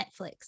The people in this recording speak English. Netflix